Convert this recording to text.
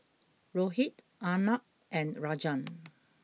Rohit Arnab and Rajan